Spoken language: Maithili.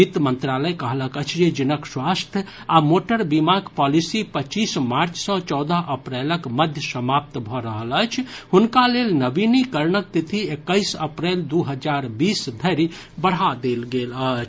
वित्त मंत्रालय कहलक अछि जे जिनक स्वास्थ्य आ मोटर बीमाक पॉलिसी पच्चीस मार्च सँ चौदह अप्रैलक मध्य समाप्त भऽ रहल अछि हुनका लेल नवीनीकरणक तिथि एक्कैस अप्रैल दू हजार बीस धरि बढ़ा देल गेल अछि